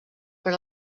per